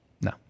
No